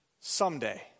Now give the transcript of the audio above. someday